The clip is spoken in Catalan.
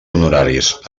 honoraris